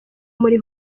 muri